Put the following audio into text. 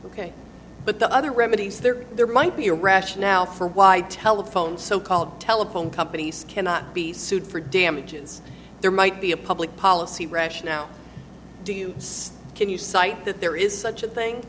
ok but the other remedies there there might be a rationale for why telephones so called telephone companies cannot be sued for damages there might be a public policy rash now do you can you cite that there is such a thing